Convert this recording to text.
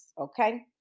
Okay